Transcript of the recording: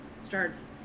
starts